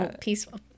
peaceful